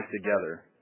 together